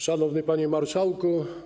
Szanowny Panie Marszałku!